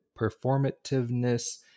performativeness